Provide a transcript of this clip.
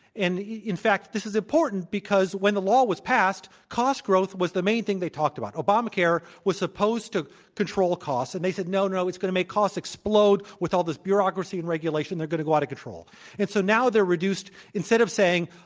and in fact this is important because when the law was passed, cost growth was the main thing they talked about. obamacare was supposed to control costs. and they said, no, no, it's going to make costs explode with all this bureaucracy regulation. they're going to go out of and so now, they're reduced instead of saying,